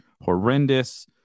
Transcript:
horrendous